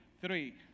three